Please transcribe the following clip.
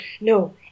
no